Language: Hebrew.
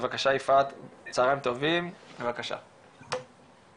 בבקשה יפעת.